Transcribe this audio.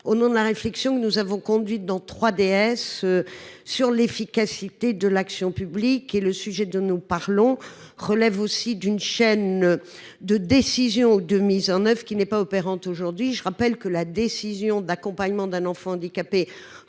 Au nom de la réflexion que nous avons conduites dans DS. Sur l'efficacité de l'action publique et le sujet dont nous parlons relève aussi d'une chaîne de décision ou de mise en oeuvre qui n'est pas opérante aujourd'hui. Je rappelle que la décision d'accompagnement d'un enfant handicapé